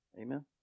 Amen